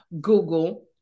Google